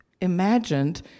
imagined